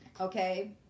Okay